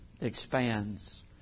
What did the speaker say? expands